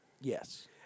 Yes